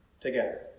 together